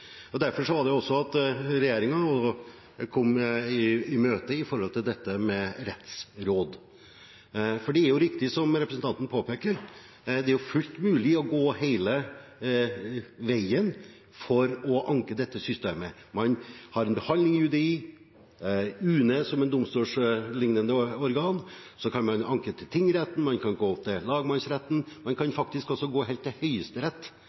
Derfor var det også regjeringen kom i møte med rettsråd. Det er, som representanten påpeker, fullt mulig å gå hele veien med anke i dette systemet. Man har en behandling i UDI, i UNE, som er et domstolsliknende organ, man kan anke til tingretten, man kan gå til lagmannsretten, man kan faktisk også gå helt til Høyesterett